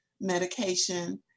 medication